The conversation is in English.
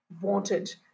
wanted